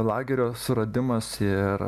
lagerio suradimas ir